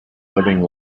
living